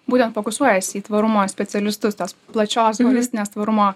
būtent fokusuojasi į tvarumo specialistus tuos plačios holistinės tvarumo